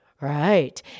Right